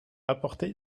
apporter